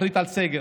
להחליט על סגר.